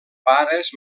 pares